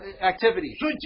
activity